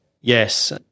Yes